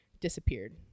disappeared